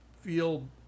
feel